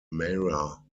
mara